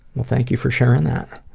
well thank you for sharing that.